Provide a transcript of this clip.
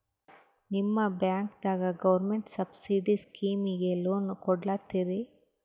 ನಿಮ ಬ್ಯಾಂಕದಾಗ government subsidy ಸ್ಕೀಮಿಗಿ ಲೊನ ಕೊಡ್ಲತ್ತೀರಿ?